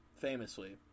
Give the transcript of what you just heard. famously